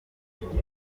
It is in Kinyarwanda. mahanga